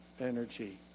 energy